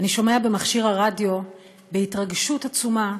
אני שומע במכשיר הרדיו, בהתרגשות עצומה,